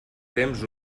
temps